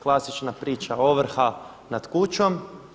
Klasična priča, ovrha nad kućom.